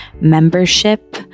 membership